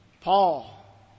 Paul